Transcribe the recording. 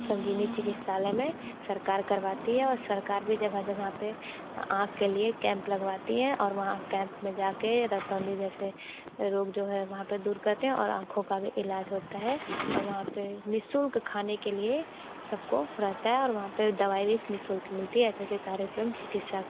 संजीवनी चिकित्सालय में सरकार करवाती है और सरकार भी जगह जगह पर आँख के लिए कैंप लगवाती है और वहाँ कैंप में जाकर रतौंधी जैसे रोग जो है वहाँ पर दूर करते हैं और आँखों का भी इलाज होता है और वहाँ पर नि शुल्क खाने के लिए सबको रहता है और वहाँ पर दवाई भी नि शुल्क मिलती है ऐसे ऐसे कार्यक्रम चिकित्सा